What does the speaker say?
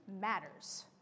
matters